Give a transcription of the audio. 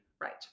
Right